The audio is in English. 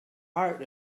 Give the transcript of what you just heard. heart